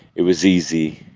it was easy.